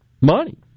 money